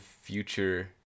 future